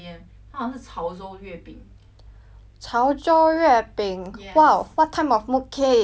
潮州月饼 !wow! what type of moodcake mooncake is that I only tried before those